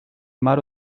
mar